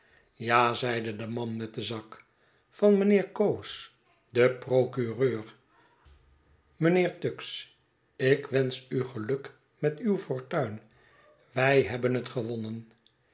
ja zeide de man met den zak van mynheer cowes den procureur mijnheer tuggs ik de familie tvggs te ramsgate wensch u geluk met uw fortuin wij hebbenhet gewonnen